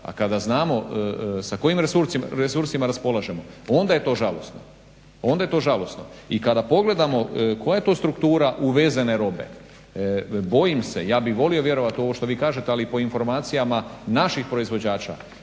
A kada znamo sa kojim resursima raspolažemo, onda je to žalosno, onda je to žalosno. I kada pogledamo koja je to struktura uvezene robe, bojim se, ja bi volio vjerovati u ovo što vi kažete ali po informacijama naših proizvođača